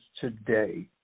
today